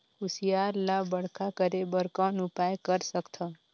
कुसियार ल बड़खा करे बर कौन उपाय कर सकथव?